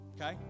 Okay